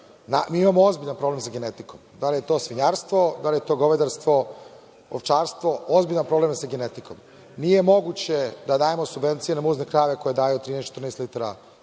Mi imamo ozbiljan problem sa genetikom, da li je to svinjarstvo, govedarstvo, ovčarstvo, ozbiljan je problem sa genetikom. Nije moguće da dajemo subvencije na muzne krave koje daju 13, 14 litara